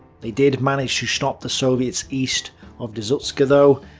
they did manage to stop the soviets east of dzukste though.